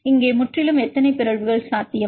இங்கே முற்றிலும் எத்தனை பிறழ்வு சாத்தியம்